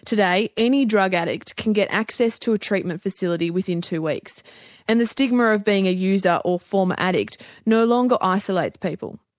today any drug addict can get access to a treatment facility within two weeks and the stigma of being a user or former addict no longer isolates people.